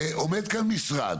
ועומד כאן משרד